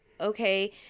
okay –